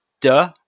Duh